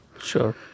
Sure